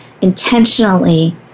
intentionally